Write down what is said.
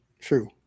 True